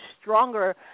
stronger